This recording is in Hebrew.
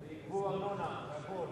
יגבו ארנונה והכול.